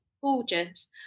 gorgeous